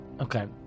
Okay